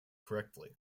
correctly